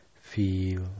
Feel